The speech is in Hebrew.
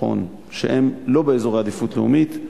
נכון שהם לא באזורי עדיפות לאומית,